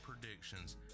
predictions